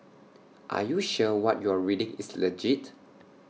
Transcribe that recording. are you sure what you're reading is legit